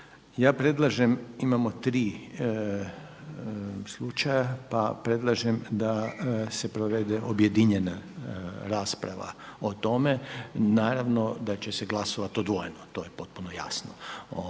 Ja predlažem imamo tri slučaja pa predlažem da se provede objedinjena rasprava o tome. Naravno da će se glasovat odvojeno to je potpuno jasno